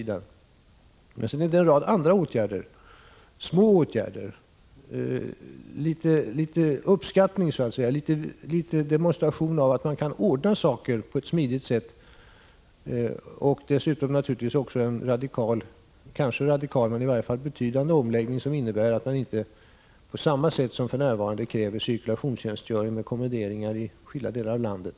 Det är emellertid en rad andra, små åtgärder som spelar in. Det handlar om att få tecken på att man är uppskattad, en demonstration av att saker kan ordnas på ett smidigt sätt. Det handlar naturligtvis också om en kanske radikal, eller i varje fall betydande, omläggning som innebär att det inte på samma sätt som för närvarande krävs cirkulationstjänstgöringar, med kommenderingar till skilda delar av landet.